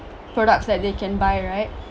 products that they can buy right